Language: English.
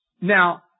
Now